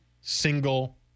single